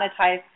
monetize